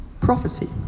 prophecy